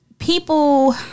People